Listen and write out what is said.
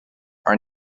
are